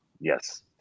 Yes